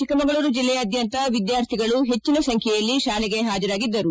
ಚಿಕ್ಕಮಗಳೂರು ಜಿಲ್ಲೆಯಾದ್ಯಂತ ವಿದ್ಯಾರ್ಥಿಗಳು ಹೆಚ್ಚಿನ ಸಂಖ್ಯೆಯಲ್ಲಿ ತಾಲೆಗೆ ಪಾಜರಾಗಿದ್ದರು